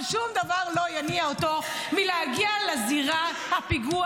אבל שום דבר לא יניא אותו מלהגיע לזירת הפיגוע.